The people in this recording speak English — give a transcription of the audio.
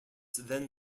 then